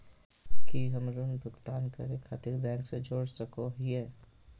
की हम ऋण भुगतान करे खातिर बैंक से जोड़ सको हियै?